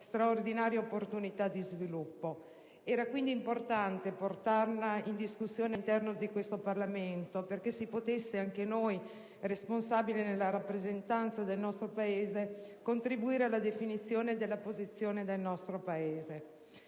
straordinaria opportunità di sviluppo. Era quindi importante portarla in discussione all'interno di quest'Assemblea perché si potesse anche noi, responsabili nella rappresentanza del nostro Paese, contribuire alla definizione della posizione dell'Italia.